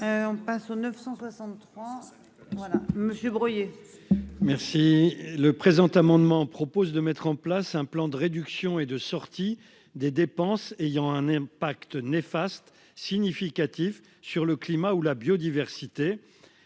On passe au 963. Voilà monsieur. Merci le présent amendement propose de mettre en. Place un plan de réduction et de sortie des dépenses ayant un impact néfaste significatif sur le climat ou la biodiversité.